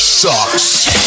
sucks